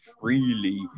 freely